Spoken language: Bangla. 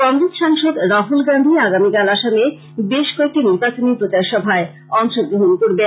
কংগ্রেস সাংসদ রাহুল গান্ধী আগামীকাল আসামে বেশ কয়েকটি নির্বাচনী প্রচার সভায় অংশগ্রহন করবেন